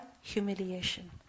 humiliation